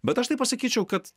bet aš tai pasakyčiau kad